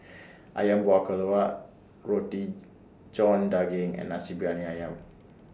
Ayam Buah Keluak Roti John Daging and Nasi Briyani Ayam